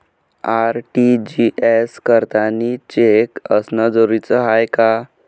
RTGS करतांनी cheque असनं जरुरीच हाय का?